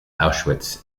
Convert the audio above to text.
auschwitz